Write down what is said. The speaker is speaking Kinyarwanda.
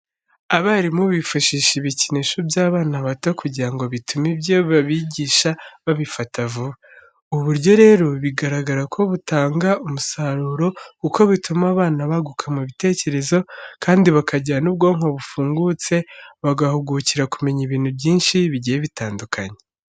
Abarimu bifashisha ibikinisho by'abana bato kugira ngo bitume ibyo babigisha babifata vuba. Ubu buryo rero, bigaragara ko butanga umusaruro kuko bituma abana baguka mu bitekerezo, kandi bakagira n'ubwonko bufungutse bagahugukira kumenya ibintu byinshi bigiye bitandukanye.